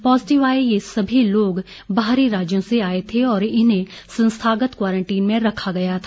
positive आये ये सभी लोग बाहरी राज्यों से आये थे और इन्हे संस्थागत क्वारंटीन में रखा गया था